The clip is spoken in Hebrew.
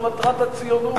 זהו מטרת הציונות.